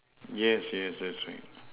yes yes that's right